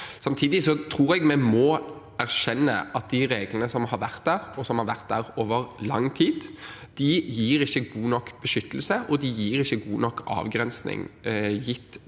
Samtidig tror jeg vi må erkjenne at de reglene som har vært der, og som har vært der over lang tid, ikke gir god nok beskyttelse, og de gir ikke god nok avgrensning, gitt det